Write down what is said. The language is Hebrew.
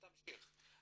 תמשיך.